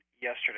yesterday